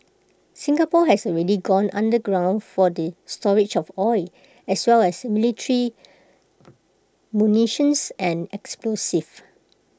Singapore has already gone underground for the storage of oil as well as military munitions and explosives